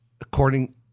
according